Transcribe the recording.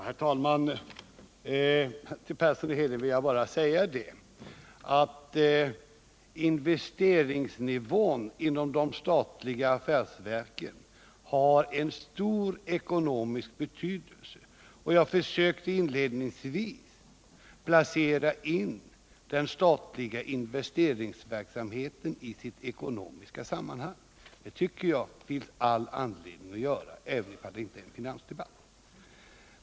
Herr talman! Till herr Persson i Heden vill jag bara säga att investeringsnivån inom de statliga affärsverken har en stor ekonomisk betydelse. Jag försökte inledningsvis placera in den statliga investeringsverksamheten i sitt ekonomiska sammanhang. Jag tyckte att det fanns anledning att göra detta, även om det inte i dag är en finansdebatt.